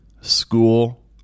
school